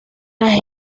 las